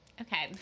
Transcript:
Okay